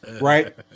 right